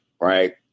right